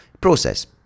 process